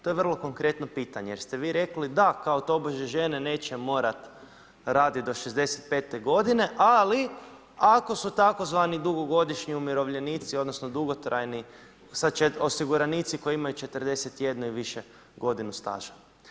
To je vrlo konkretno pitanje jer ste vi rekli da, kao tobože žene neće morati raditi do 65 godine ali ako su tzv. dugogodišnji umirovljenici, odnosno dugotrajni osiguranici koji imaju 41 i više godinu staža.